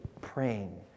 praying